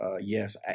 yes